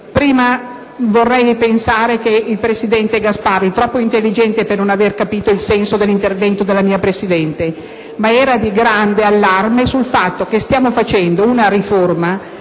Vorrei pensare che il presidente Gasparri è troppo intelligente per non aver capito il senso dell'intervento della mia presidente, che era di grande allarme sul fatto che stiamo facendo una riforma